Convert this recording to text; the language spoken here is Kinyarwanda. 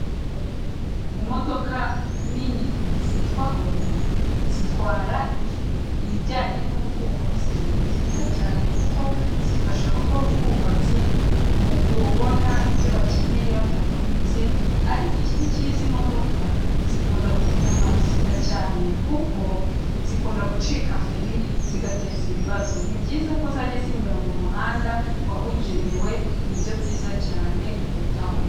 Imodoka nini zitwa hoho, zitwara ibijyanye n'ubwubatsi, ni nziza cyane kuko zifasha abakora ubwubatsi mu kubona ibyo bakeneye batavunitse, ariko ikibi cy'izi modoka zikunda kugira amagisida cyane kuko zikunda gucika feri, zigateza ibibazo. Ni byiza ko zajya zinyura mu muhanda wabugenewe, nibyo byiza cyane kurutaho.